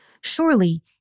Surely